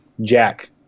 Jack